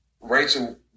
Rachel